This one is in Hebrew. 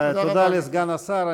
תודה לסגן השר.